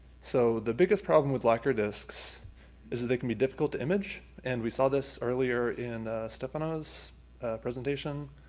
so the biggest problem with lacquer discs is that they can be difficult to image, and we saw this earlier in stefano's presentation,